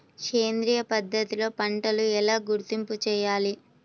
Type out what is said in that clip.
సేంద్రియ పద్ధతిలో పంటలు ఎలా గుర్తింపు చేయాలి?